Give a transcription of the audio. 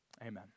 Amen